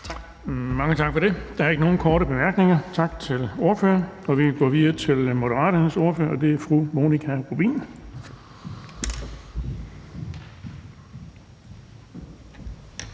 Mange tak for det. Der er ikke nogen korte bemærkninger, så tak til ordføreren. Vi går videre til Det Konservative Folkepartis ordfører, og det er hr. Per Larsen.